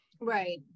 Right